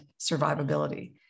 survivability